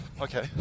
Okay